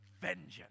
vengeance